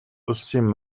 улсын